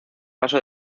paso